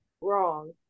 Wrong